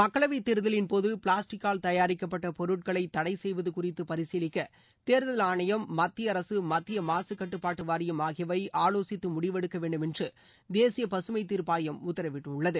மக்களவைத் தேர்தலின்போது பிளாஸ்டிக்கால் தயாரிக்கப்பட்ட பொருட்களை தடை செய்வது குறித்து பரிசீலிக்க தேர்தல் ஆணையம் மத்திய அரக மத்திய மாசு கட்டுப்பாட்டு வாரியம் ஆகியவை ஆவோசித்து முடிவெடுக்க வேண்டும் என்று தேசிய பசுமைத் தீர்ப்பாயம் உத்தரவிட்டுள்ளது